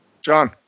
John